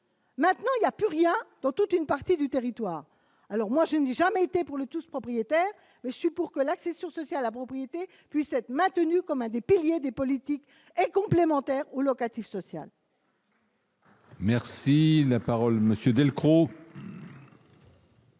Maintenant, il y a plus rien dans toute une partie du territoire, alors moi je n'ai jamais été pour le tous propriétaires : je suis pour que l'accès sur ceci à la propriété, puisse être maintenue, comme un des piliers des politiques complémentaire au locatif social. Merci, la parole monsieur Delcros.